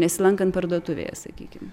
nesilankant parduotuvėje sakykim